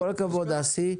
כל הכבוד אסי.